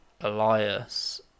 Elias